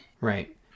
Right